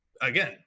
again